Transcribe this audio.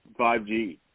5g